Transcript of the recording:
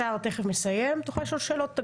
השר מיד מסיים ותוכל לשאול שאלות.